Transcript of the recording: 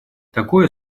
такое